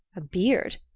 a beard?